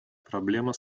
проблема